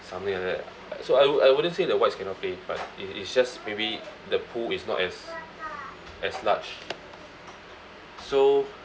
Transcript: something like that so I woul~ I wouldn't say the whites cannot play but it it's just maybe the pool is not as as large so